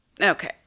Okay